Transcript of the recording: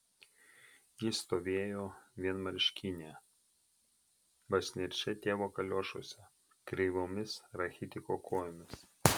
ji stovėjo vienmarškinė basnirčia tėvo kaliošuose kreivomis rachitiko kojomis